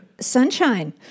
Sunshine